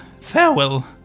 Farewell